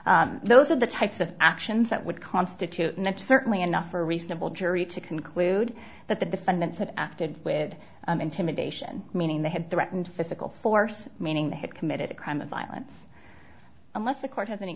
down those are the types of actions that would constitute enough certainly enough for a reasonable jury to conclude that the defendants had acted with intimidation meaning they had threatened physical force meaning they had committed a crime of violence unless the court has any